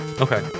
Okay